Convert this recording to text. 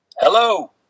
Hello